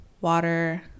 water